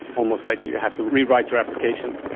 almost like you have to rewrite your application.